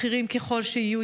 בכירים ככל שיהיו,